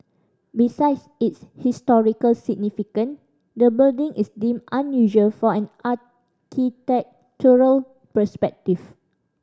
besides its historical significance the building is deemed unusual from an architectural perspective